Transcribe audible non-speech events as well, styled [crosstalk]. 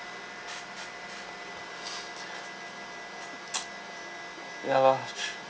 [noise] ya lah